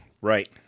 Right